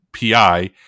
PI